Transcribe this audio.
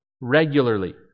regularly